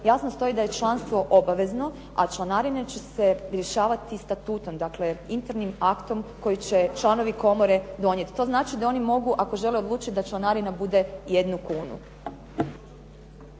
jasno stoji da je članstvo obavezno, a članarine će se rješavati statutom, dakle internim aktom koji će članovi komore donijeti. To znači da oni mogu ako žele odlučiti da članarina bude jednu kunu.